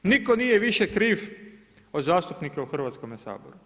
Nitko nije više kriv od zastupnika u Hrvatskom saboru.